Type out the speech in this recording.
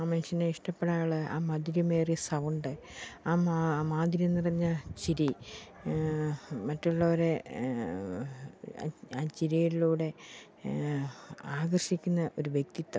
ആ മനുഷ്യനെ ഇഷ്ടപ്പെടാനുള്ള ആ മധുരമേറിയ സൗണ്ട് ആ മാധുര്യം നിറഞ്ഞ ചിരി മറ്റുള്ളവരെ ആ ആ ചിരിയിലൂടെ ആകർഷിക്കുന്ന ഒരു വ്യക്തിത്വം